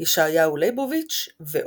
ישעיהו ליבוביץ ועוד.